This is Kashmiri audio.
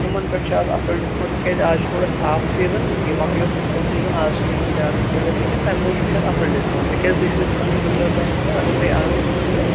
تِمَن پٮ۪ٹھ چھِ اَز اَصٕل ڈِسکاوُنٛٹ تِکیٛازِ اَز چھُ تھوڑا اَسہِ آف سیٖزَن یہِ مۄکلٮ۪و سکوٗل سیٖزَن اَز چھِنہٕ یِوان زیادٕ ہُتھٕ پٲٹھۍ گژھان کیٚنٛہہ تَمہِ موٗجوٗب چھُ اَتھ اَصٕل ڈِسکاوُنٛٹ تِکیٛازِ تُہۍ چھُو اَسہِ پنٕنۍ رگیٛوٗلَر کَسٹٕمَر اگر تُہۍ اَز یٔژھِو نِیُن